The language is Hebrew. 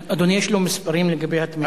אדוני, יש לו מספרים לגבי התמיכה?